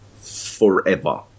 forever